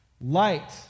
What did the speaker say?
Light